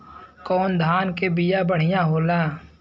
कौन धान के बिया बढ़ियां होला?